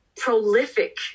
prolific